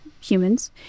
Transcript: humans